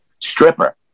stripper